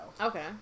Okay